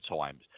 times